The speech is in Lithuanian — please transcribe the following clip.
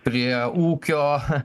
prie ūkio ha